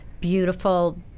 beautiful